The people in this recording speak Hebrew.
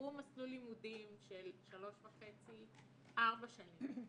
עברו מסלול לימודים של שלוש וחצי שנים או ארבע שנים,